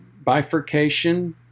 bifurcation